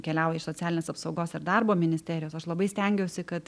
keliauja iš socialinės apsaugos ir darbo ministerijos aš labai stengiuosi kad